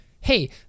Hey